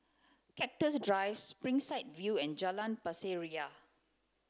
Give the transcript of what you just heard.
Cactus Drive Springside View and Jalan Pasir Ria